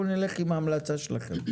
אנחנו נלך עם ההמלצה שלכם.